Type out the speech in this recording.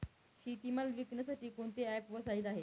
शेतीमाल विकण्यासाठी कोणते ॲप व साईट आहेत?